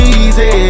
easy